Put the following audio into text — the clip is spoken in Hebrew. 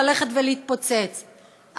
ללכת ולהתפוצץ.